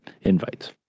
invites